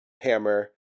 hammer